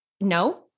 no